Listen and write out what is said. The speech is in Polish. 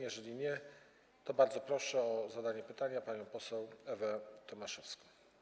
Jeżeli nie, to bardzo proszę o zadanie pytania panią poseł Ewę Tomaszewską.